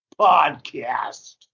podcast